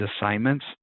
assignments